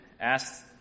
asked